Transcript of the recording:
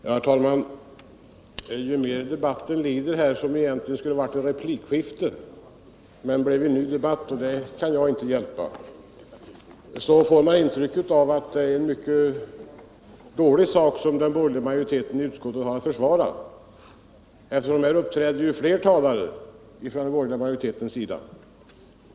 Herr talman! Ju mer debatten lider — den som egentligen skulle vara ett replikskifte men som blev en ny debatt, vilket inte jag kan hjälpa — så får man intrycket att det är en mycket dålig sak som den borgerliga majoriteten i utskottet har att försvara. Här uppträder ju flera talare från den borgerliga majoritetens sida.